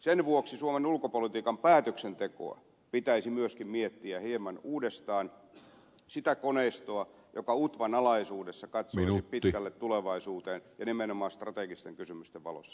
sen vuoksi suomen ulkopolitiikan päätöksentekoa pitäisi myöskin miettiä hieman uudestaan sitä koneistoa joka utvan alaisuudessa katsoisi pitkälle tulevaisuuteen ja nimenomaan strategisten kysymysten valossa